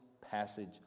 passage